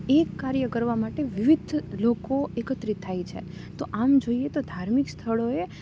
એક કાર્ય કરવા માટે વિવિધ લોકો એકત્રિત થાય છે તો આમ જોઈએ તો ધાર્મિક સ્થળોએ